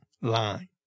line